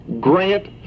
Grant